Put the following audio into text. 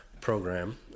program